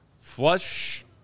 Flush